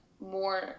more